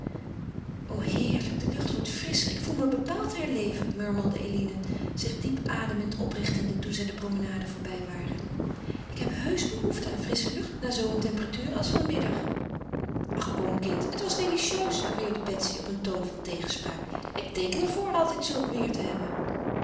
o heerlijk de lucht wordt frisscher ik voel me bepaald herleven murmelde eline zich diep ademend oprichtende toen zij de promenade voorbij waren ik heb heusch behoefte aan frissche lucht na zoo een temperatuur als van middag ach kom kind het was delicieus beweerde betsy op een toon van tegenspraak ik teeken er voor altijd zulk weêr te hebben